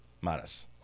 Minus